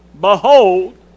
Behold